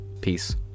Peace